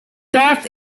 death